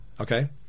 Okay